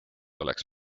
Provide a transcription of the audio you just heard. oleks